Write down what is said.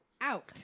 out